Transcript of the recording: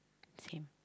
same